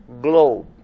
globe